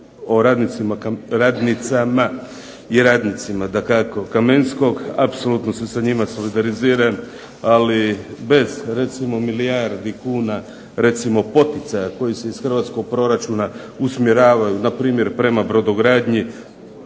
o radnicama i radnicima dakako Kamenskog, apsolutno se sa njima solidariziram, ali bez recimo milijardi kuna recimo poticaja koji se iz hrvatskog proračuna usmjeravaju npr. prema brodogradnji